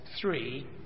three